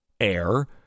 air